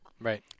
Right